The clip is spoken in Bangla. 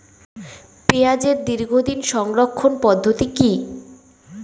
পেঁয়াজের দীর্ঘদিন সংরক্ষণ পদ্ধতি কি?